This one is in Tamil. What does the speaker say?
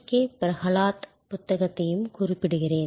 கே பிரஹலாத் புத்தகத்தையும் குறிப்பிடுகிறேன்